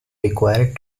require